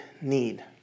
need